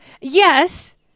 Yes